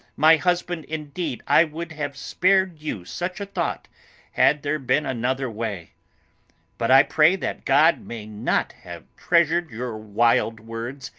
my husband, indeed i would have spared you such a thought had there been another way but i pray that god may not have treasured your wild words,